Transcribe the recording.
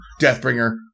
Deathbringer